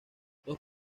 dos